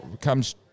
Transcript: comes